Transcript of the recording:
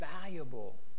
valuable